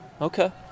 Okay